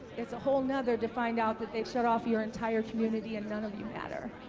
it's a whole nother to find out that they shut off your entire community and none of you matter.